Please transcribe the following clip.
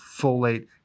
folate